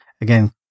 again